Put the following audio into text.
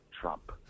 Trump